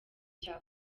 cya